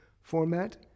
format